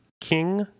King